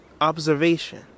observation